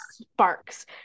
sparks